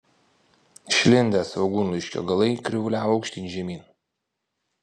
išlindę svogūnlaiškio galai krivuliavo aukštyn žemyn